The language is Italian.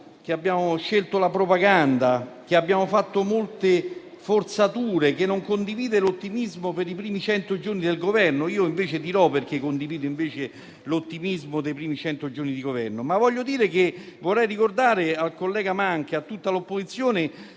che abbiamo scelto la propaganda, che abbiamo fatto molte forzature e che non condivide l'ottimismo per i primi cento giorni di Governo. Io invece dirò il perché condivido l'ottimismo per i primi cento giorni di Governo. Vorrei ricordare al collega Manca e a tutta l'opposizione